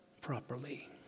properly